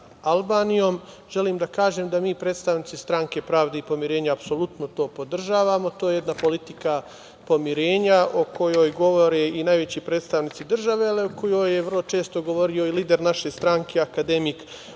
Albanijom, želim da kažem da mi predstavnici Stranke pravde i pomirenja apsolutno to podržavamo. To je jedna politika pomirenja o kojoj govori i najveći predstavnici države, ali i o kojoj je vrlo često govorio i lider naše stranke, akademik